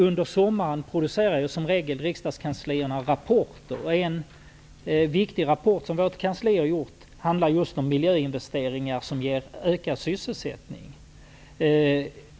Under sommaren publicerar riksdagskanslierna i regel rapporter, och en viktig rapport som vårt kansli har gjort handlar om miljöinvesteringar som ger ökad sysselsättning.